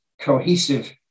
cohesive